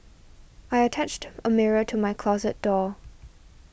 I attached a mirror to my closet door